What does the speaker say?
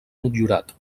motllurat